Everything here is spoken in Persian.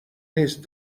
نیست